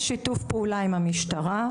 יש שיתוף פעולה עם המשטרה,